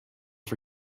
for